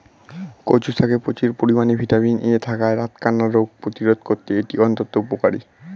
কচু শাকে প্রচুর পরিমাণে ভিটামিন এ থাকায় রাতকানা রোগ প্রতিরোধে করতে এটি অত্যন্ত উপকারী